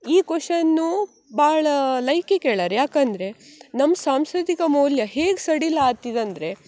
ಈ ಕ್ವಷನ್ನು ಭಾಳ ಲೈಕಿ ಕೇಳಾರೆ ಯಾಕಂದರೆ ನಮ್ಮ ಸಾಂಸ್ಕೃತಿಕ ಮೌಲ್ಯ ಹೇಗೆ ಸಡಿಲ ಆತು ಇದು ಅಂದರೆ